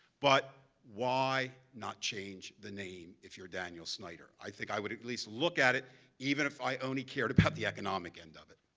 but why not change the name if you're daniel snyder? i think i would at least look at it even if i only cared about the economic end of it.